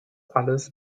alles